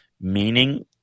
meaning